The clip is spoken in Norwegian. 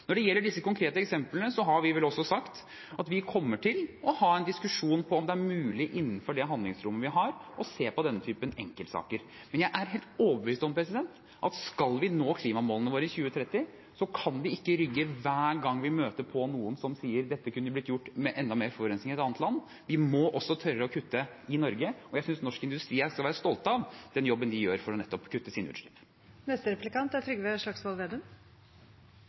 Når det gjelder de konkrete eksemplene, har vi vel også sagt at vi kommer til å ha en diskusjon om hvorvidt det er mulig innenfor det handlingsrommet vi har, å se på denne typen enkeltsaker. Men jeg er helt overbevist om at skal vi nå klimamålene våre i 2030, kan vi ikke rygge hver gang vi møter på noen som sier at dette kunne blitt gjort med enda mer forurensning i et annet land. Vi må også tørre å kutte i Norge, og jeg synes norsk industri skal være stolte av den jobben de gjør for å nettopp kutte sine utslipp.